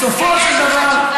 בסופו של דבר,